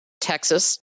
Texas